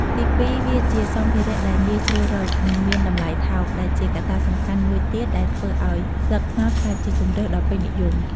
ទីពីរ វាជា សម្ភារៈដែលងាយស្រួលរក និងមានតម្លៃថោក ដែលជាកត្តាសំខាន់មួយទៀតដែលធ្វើឲ្យស្លឹកត្នោតក្លាយជាជម្រើសដ៏ពេញនិយម។